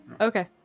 Okay